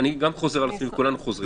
אני גם חוזר על עצמי וכולנו חוזרים.